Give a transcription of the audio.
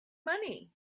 money